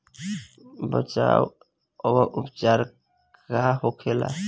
बचाव व उपचार का होखेला?